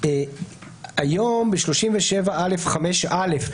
היום ב-37א(5)(א),